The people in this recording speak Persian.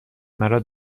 مرا